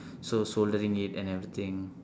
so soldering it and everything